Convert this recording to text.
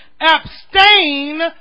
abstain